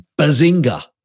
Bazinga